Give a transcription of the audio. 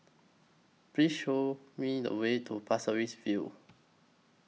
Please Show Me The Way to Pasir Ris View